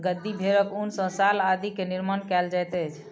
गद्दी भेड़क ऊन सॅ शाल आदि के निर्माण कयल जाइत अछि